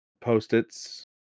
post-its